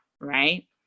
right